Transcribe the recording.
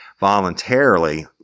voluntarily